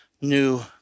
new